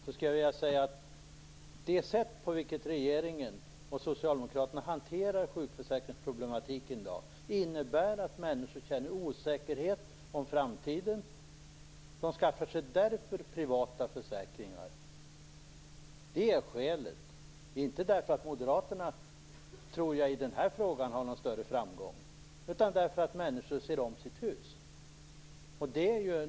Det sätt på vilket regeringen och socialdemokraterna hanterar sjukförsäkringsproblematiken i dag innebär att människor känner osäkerhet inför framtiden. Av det skälet skaffar de sig privata försäkringar. Jag tror inte att de gör det därför att moderaterna har någon större framgång i den här frågan. Människorna ser om sitt hus.